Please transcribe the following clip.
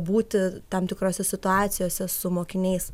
būti tam tikrose situacijose su mokiniais